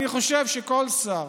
אני חושב שכל שר